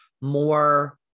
more